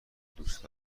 دوست